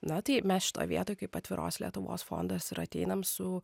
na tai mes šitoj vietoj kaip atviros lietuvos fondas ir ateinam su